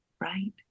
Right